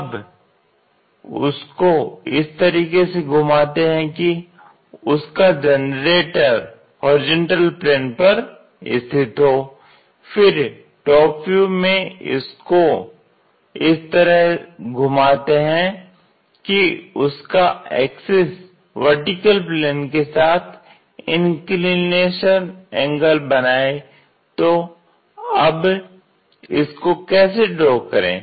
अब उसको इस तरीके से घुमाते हैं कि उसका जनरेटर होरिजेंटल प्लेन पर स्थित हो फिर टॉप व्यू में उसको इस तरह घुमाते हैं कि उसका एक्सिस वर्टिकल प्लेन के साथ इंक्लिनेशन एंगल बनाए तो अब इसको कैसे ड्रॉ करें